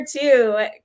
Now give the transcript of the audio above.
two